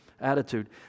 attitude